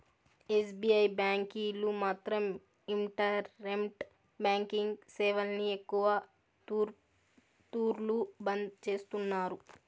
SBI బ్యాంకీలు మాత్రం internet banking సేవల్ని ఎక్కవ తూర్లు బంద్ చేస్తున్నారు